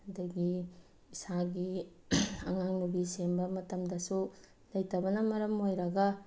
ꯑꯗꯒꯤ ꯏꯁꯥꯒꯤ ꯑꯉꯥꯡꯅꯨꯕꯤ ꯁꯦꯝꯕ ꯃꯇꯝꯗꯁꯨ ꯂꯩꯇꯕꯅ ꯃꯔꯝ ꯑꯣꯏꯔꯒ